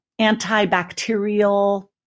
antibacterial